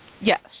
Yes